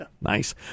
Nice